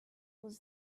was